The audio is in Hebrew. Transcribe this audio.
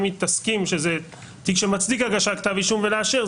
אם היא תסכים שזה תיק שמצדיק הגשת כתב אישום ותאשר,